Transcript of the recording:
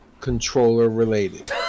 controller-related